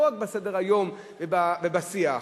לא רק בסדר-היום ובשיח,